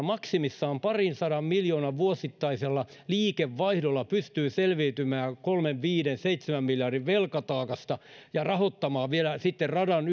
maksimissaan parinsadan miljoonan vuosittaisella liikevaihdolla pystyy selviytymään kolme viisi tai seitsemän miljardin velkataakasta ja rahoittamaan vielä sitten radan